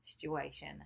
situation